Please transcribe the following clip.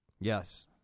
Yes